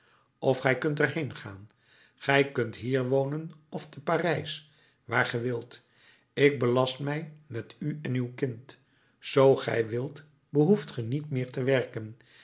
of gij kunt er heen gaan gij kunt hier wonen of te parijs waar gij wilt ik belast mij met u en uw kind zoo gij wilt behoeft ge niet meer te werken